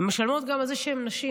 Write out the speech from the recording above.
הן משלמות גם על זה שהן נשים.